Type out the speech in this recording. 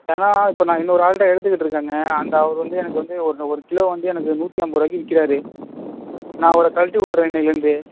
ஏன்னால் இப்போ நான் இன்னொரு ஆள்கிட்ட எடுத்துக்கிட்டு இருக்கேங்க அந்த அவர் வந்து எனக்கு வந்து ஒரு நோ ஒரு கிலோ வந்து எனக்கு நூற்றி ஐம்பது ரூபாய்க்கு விற்கிறாரு நான் அவரை கழட்டி விட்டுறேன் இன்றையிலேருந்து